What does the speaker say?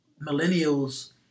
millennials